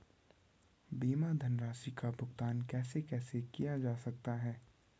बीमा धनराशि का भुगतान कैसे कैसे किया जा सकता है?